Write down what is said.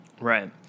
Right